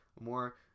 more